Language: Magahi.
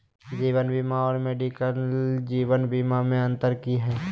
जीवन बीमा और मेडिकल जीवन बीमा में की अंतर है?